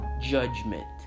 judgment